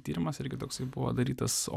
tyrimas irgi toksai buvo darytas